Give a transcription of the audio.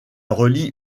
relie